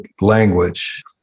language